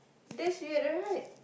that's weird right